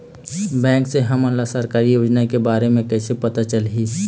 Bank से हमन ला सरकारी योजना के बारे मे कैसे पता चलही?